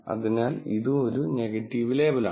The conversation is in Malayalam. അതിനാൽ ഇതും ഒരു നെഗറ്റീവ് ലേബൽ ആണ്